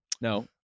No